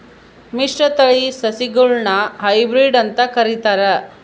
ಮಿಶ್ರತಳಿ ಸಸಿಗುಳ್ನ ಹೈಬ್ರಿಡ್ ಅಂತ ಕರಿತಾರ